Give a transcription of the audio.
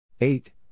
Eight